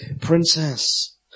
princess